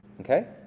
Okay